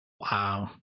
Wow